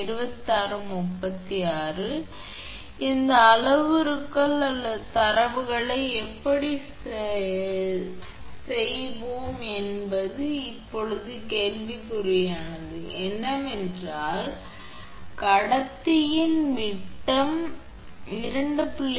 எனவே இந்த அளவுருக்கள் அல்லது தரவுகளை எப்படிச் செய்வோம் என்பது இப்போது கேள்விக்குரியது என்னவென்றால் கடத்தியின் விட்டம் 2